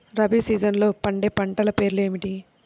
రబీ సీజన్లో పండే పంటల పేర్లు ఏమిటి?